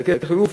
חלקי חילוף,